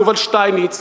יובל שטייניץ,